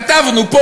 כתבנו פה,